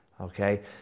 Okay